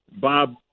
Bob